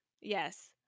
Yes